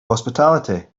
hospitality